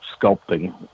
sculpting